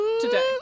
today